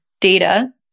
data